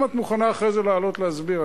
אם את מוכנה אחרי זה לעלות להסביר?